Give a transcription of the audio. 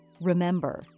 Remember